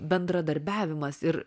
bendradarbiavimas ir